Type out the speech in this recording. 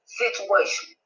situation